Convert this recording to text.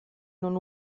non